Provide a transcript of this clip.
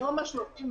בלי ה"למעט".